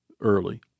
early